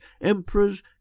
emperors